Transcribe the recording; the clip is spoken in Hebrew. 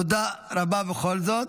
תודה רבה בכל זאת,